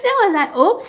then was like !oops!